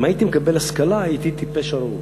אם הייתי מקבל השכלה הייתי טיפש ארור.